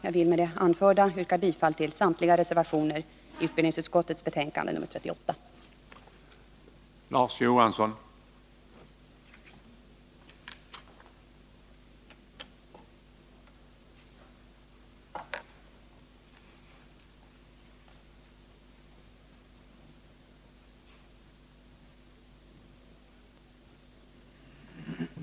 Jag vill med det anförda yrka bifall till samtliga reservationer i utbildningsutskottets betänkande 1980/81:38.